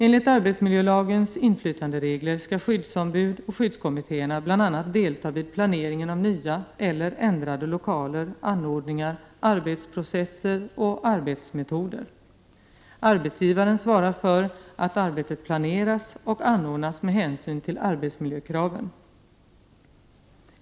Enligt arbetsmiljölagens inflytanderegler skall skyddsombuden och skyddskommittéerna bl.a. delta vid planeringen av nya eller ändrade lokaler, anordningar, arbetsprocesser och arbetsmetoder. Arbetsgivaren svarar för att arbetet planeras och anordnas med hänsyn till arbetsmiljökraven.